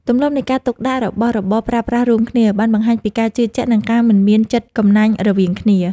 ទម្លាប់នៃការទុកដាក់របស់របរប្រើប្រាស់រួមគ្នា បានបង្ហាញពីការជឿជាក់ និងការមិនមានចិត្តកំណាញ់រវាងគ្នា។